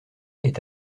est